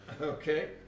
Okay